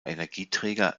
energieträger